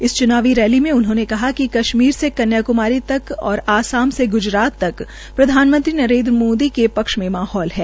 इस चुनावी रैली में उन्होंने कहा कि कश्मीर से कन्याकुमारी तक और आसाम से गुजरात तक प्रधानमंत्री नरेन्द्र मोदी के पक्ष में माहौल है